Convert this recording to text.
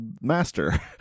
master